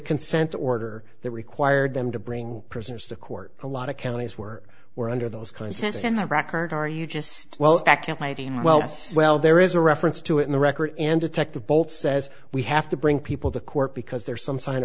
consent order that required them to bring prisoners to court a lot of counties were were under those kinds sense and record are you just well well well there is a reference to it in the record and detective both says we have to bring people to court because there is some sign